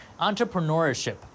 entrepreneurship